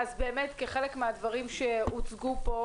אז כחלק מהדברים שהוצגו פה